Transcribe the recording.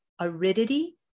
aridity